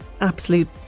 absolute